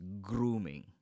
grooming